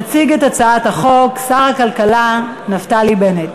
יציג את הצעת החוק שר הכלכלה נפתלי בנט.